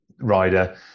rider